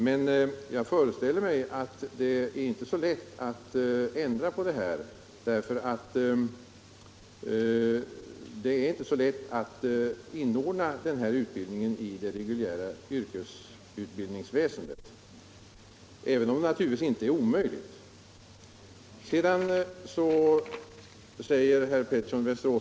Men jag föreställer mig att det inte är så lätt att ändra på det hela och inordna den här utbildningen i det reguljära yrkesutbildningsväsendet, även om det naturligtvis inte är omöjligt.